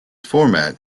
format